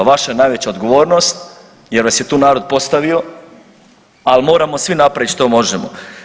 Vaša je najveća odgovornost jer vas je tu narod postavio, ali moramo svi napraviti što možemo.